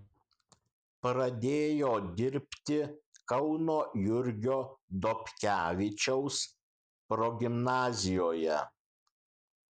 pradėjo dirbti kauno jurgio dobkevičiaus progimnazijoje